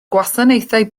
gwasanaethau